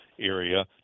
area